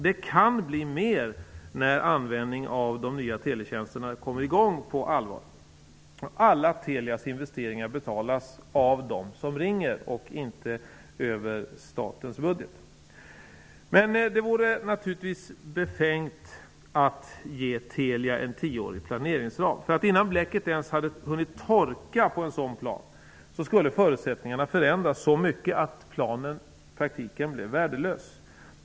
Det kan bli mera när användningen av de nya teletjänsterna på allvar kommer i gång. Alla Telias investeringar betalas av dem som ringer, inte över statens budget. Det vore naturligtvis befängt att ge Telia en tioårig planeringsram. Innan bläcket ens torkat när det gäller en sådan plan skulle förutsättningarna ha förändrats så mycket att planen i praktiken var värdelös.